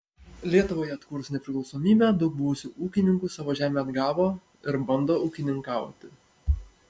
lietuvoje atkūrus nepriklausomybę daug buvusių ūkininkų savo žemę atgavo ir bando ūkininkauti